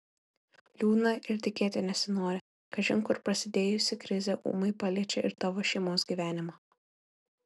liūdna ir tikėti nesinori kažin kur prasidėjusi krizė ūmai paliečia ir tavo šeimos gyvenimą